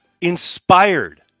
inspired